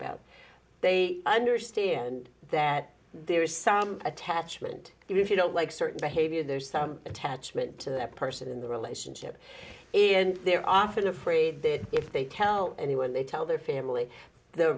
about they understand that there is some attachment if you don't like certain behavior there's some attachment to that person in the relationship if they're often afraid that if they tell anyone they tell their family the